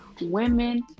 women